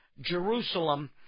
Jerusalem